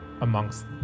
amongst